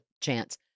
chance